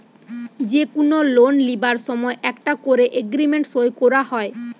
যে কুনো লোন লিবার সময় একটা কোরে এগ্রিমেন্ট সই কোরা হয়